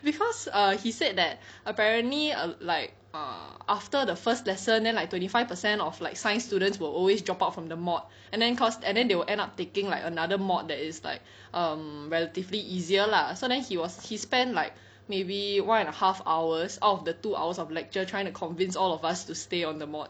cause err he said that apparently err like err after the first lesson then like twenty five per cent of like science students will always drop out from the mod and then cause and then they will end up taking like another mod that is like um relatively easier lah so then he was he spend like maybe one and a half hours out of the two hours of lecture trying to convince all of us to stay on the mod